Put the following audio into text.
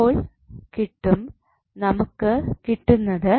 അപ്പോൾ നമുക്ക് കിട്ടുന്നത്